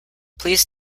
please